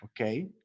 okay